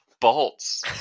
bolts